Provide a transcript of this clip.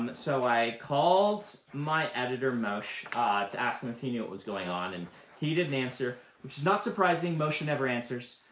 but so i called my editor moshe to ask him if he knew what was going on, and he didn't answer, which is not surprising. moshe never answers.